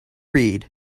read